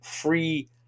free